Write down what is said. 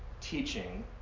teaching